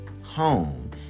home